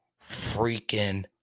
freaking